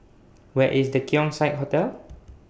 Where IS The Keong Saik Hotel